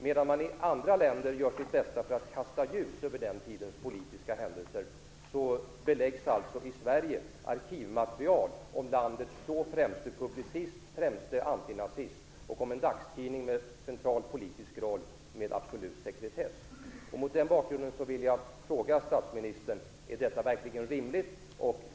Medan man i andra länder gör sitt bästa att kasta ljus över den tidens politiska händelser beläggs alltså i Sverige arkivmaterial om landets då främste publicist och antinazist och om en dagstidning med central politisk roll med absolut politisk sekretess. Är detta verkligen rimligt?